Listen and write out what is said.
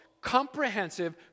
comprehensive